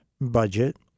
budget